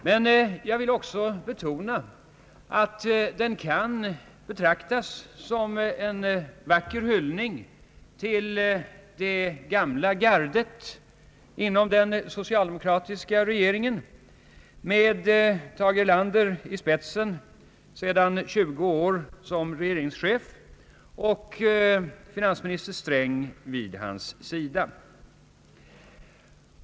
Dock vill jag också betona att valet också är en vacker hyllning till det gamla gardet inom den socialdemokratiska regeringen med Tage Erlander i spetsen som regeringschef sedan 20 år och finansminister Sträng vid hans sida.